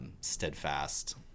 steadfast –